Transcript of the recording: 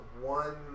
one